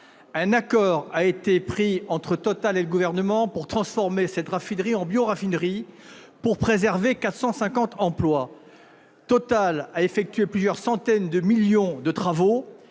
un accord a été conclu entre Total et le gouvernement précédent pour transformer cette raffinerie en bioraffinerie, afin de préserver 450 emplois. Total a effectué plusieurs centaines de millions d'euros de travaux.